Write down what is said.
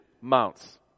mounts